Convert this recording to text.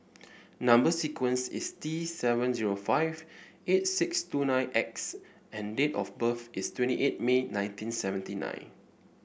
number sequence is T seven zero five eight six two nine X and date of birth is twenty eight May nineteen seventy nine